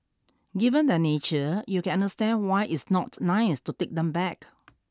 given their nature you can understand why it's not nice to take them back